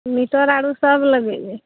metre आओर सब लगेबै